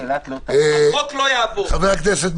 אנחנו רוצים אילת כי יש לנו מאות ואלפי עובדים שעובדים שם,